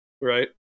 right